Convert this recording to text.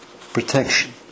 protection